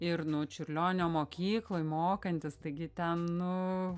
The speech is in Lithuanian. ir nu čiurlionio mokykloj mokantis taigi ten nu